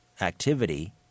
activity